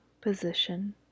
position